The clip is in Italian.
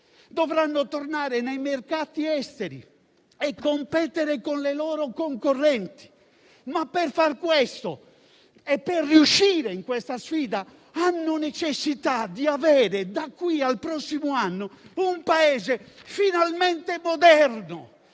dovranno tornare nei mercati esteri e competere con le loro concorrenti, ma per fare questo e per riuscire in questa sfida, hanno necessità di avere alle spalle, da qui al prossimo anno, un Paese finalmente moderno,